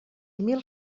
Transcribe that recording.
mil